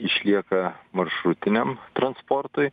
išlieka maršrutiniam transportui